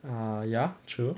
ah ya true